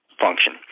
function